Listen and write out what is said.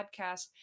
podcast